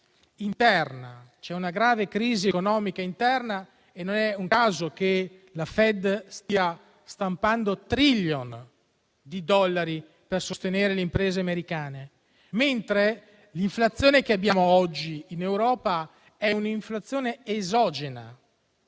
interna, c'è una grave crisi economica interna e non è un caso che la Fed stia stampando *trillion* di dollari per sostenere le imprese americane. L'inflazione che abbiamo oggi in Europa è, invece, esogena,